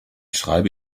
schreibe